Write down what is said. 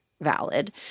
valid